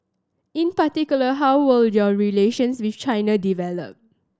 in particular how will your relations with China develop